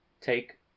take